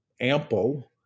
ample